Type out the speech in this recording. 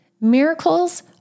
Miracles